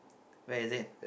where is it